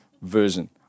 version